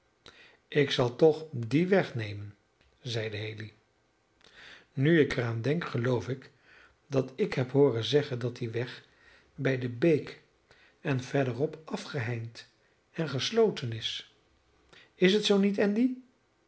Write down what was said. ik zal toch dien weg nemen zeide haley nu ik er aan denk geloof ik dat ik heb hooren zeggen dat die weg bij de beek en verderop afgeheind en gesloten is is het zoo niet andy